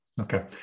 Okay